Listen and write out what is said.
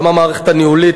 גם המערכת הניהולית,